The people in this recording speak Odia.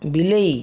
ବିଲେଇ